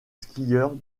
skieurs